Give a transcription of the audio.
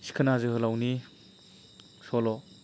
सिखोना जोहोलावनि सल'